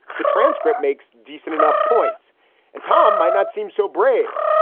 the transcript makes decent enough points and tom might not seem so brave.